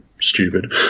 stupid